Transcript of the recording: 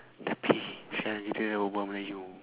tak boleh pasal kita dah berbual melayu